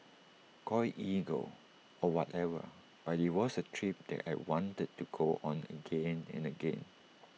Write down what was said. call IT ego or whatever but IT was A trip that I wanted to go on again and again